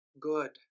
good